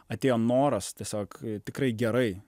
atėjo noras tiesiog tikrai gerai